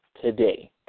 today